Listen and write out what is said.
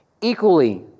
Equally